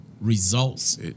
results